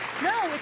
No